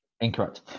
incorrect